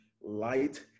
light